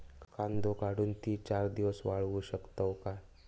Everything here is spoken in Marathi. कांदो काढुन ती चार दिवस वाळऊ शकतव काय?